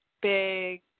big